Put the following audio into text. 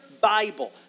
Bible